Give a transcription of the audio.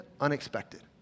unexpected